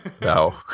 No